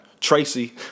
Tracy